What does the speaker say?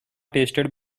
tasted